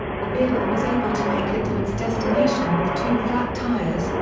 the vehicle was able to make it to its destination with two flat tires,